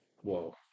Whoa